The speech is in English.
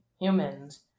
humans